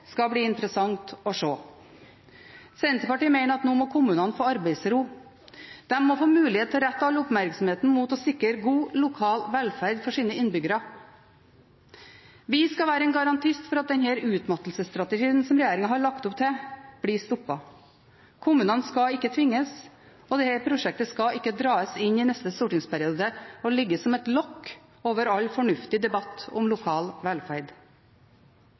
skal det bli interessant å se. Senterpartiet mener at nå må kommunene få arbeidsro. De må få mulighet til å rette all oppmerksomhet mot å sikre god lokal velferd for sine innbyggere. Vi skal være en garantist for at denne utmattelsesstrategien som regjeringen har lagt opp til, blir stoppet. Kommunene skal ikke tvinges, og dette prosjektet skal ikke dras inn i neste stortingsperiode og ligge som et lokk over all fornuftig debatt om lokal velferd.